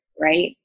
right